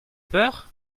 peur